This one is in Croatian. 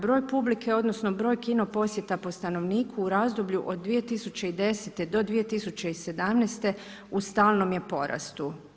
Broj publike odnosno broj kino posjeta po stanovniku u razdoblju od 2010. do 2017. u stalnom je porastu.